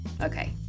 okay